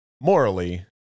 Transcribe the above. Morally